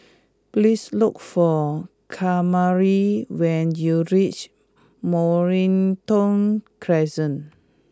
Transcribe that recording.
please look for Kamari when you reach Mornington Crescent